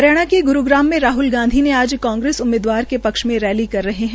हरियाणा के गुरूग्राम में राहुल गांधी आज कांग्रस उमीदवार के पक्ष में रैली कर रहे हैं